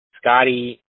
Scotty